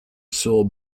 saw